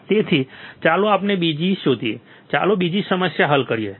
તેથી ચાલો આપણે બીજી શોધીએ ચાલો બીજી સમસ્યા હલ કરીએ